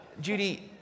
Judy